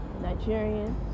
Nigerians